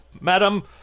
Madam